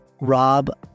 Rob